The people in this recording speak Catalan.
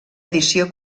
edició